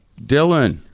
dylan